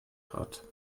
hat